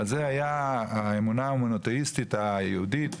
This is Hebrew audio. וזה היה האמונה המונותאיסטית היהודית,